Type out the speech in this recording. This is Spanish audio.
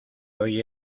hoy